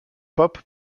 pop